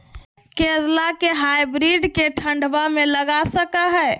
करेला के हाइब्रिड के ठंडवा मे लगा सकय हैय?